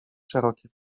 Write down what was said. szeroki